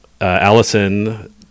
Allison